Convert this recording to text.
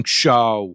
show